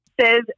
Says